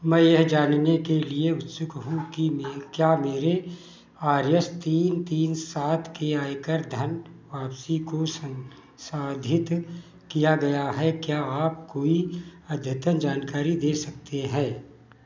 मैं यह जानने के लिए उत्सुक हूँ कि मेरे क्या मेरे आर एस तीन तीन सात की आयकर धन वापसी को सन्साधित किया गया है क्या आप कोई अद्यतन जानकारी दे सकते हैं